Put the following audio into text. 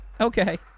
Okay